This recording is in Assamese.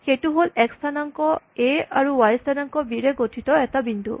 এইটো হ'ল এক্স স্হানাংক এ আৰু ৱাই স্হানাংক বি ৰে গঠিত এটা বিন্দু